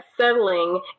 settling